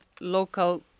local